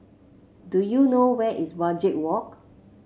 do you know where is Wajek Walk